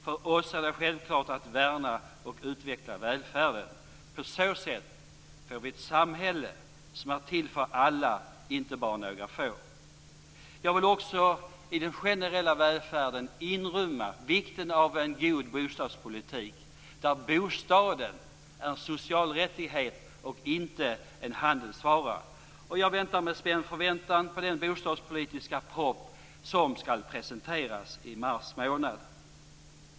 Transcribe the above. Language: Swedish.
För oss är det självklart att värna och utveckla välfärden. På så sätt får vi ett samhälle som är till för alla, inte bara några få. Jag tycker också att det är viktigt att i den generella välfärden inrymma en god bostadspolitik, där bostaden är en social rättighet och inte en handelsvara. Jag avvaktar med spänd förväntan den bostadspolitiska proposition som skall presenteras i mars månad.